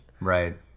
right